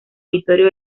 vittorio